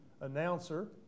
announcer